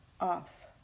off